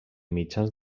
mitjans